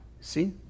See